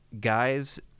guys